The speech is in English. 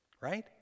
Right